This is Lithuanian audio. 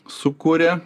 su kuria